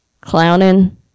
clowning